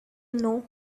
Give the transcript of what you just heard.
know